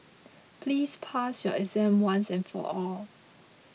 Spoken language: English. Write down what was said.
please pass your exam once and for all